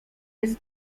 jest